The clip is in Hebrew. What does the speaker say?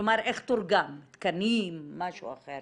כלומר איך תורגם, תקנים, משהו אחר.